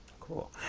Cool